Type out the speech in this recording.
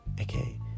Okay